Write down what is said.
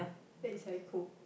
that is like cold